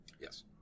Yes